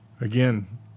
Again